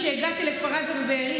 כשהגעתי לכפר עזה ובארי,